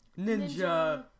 Ninja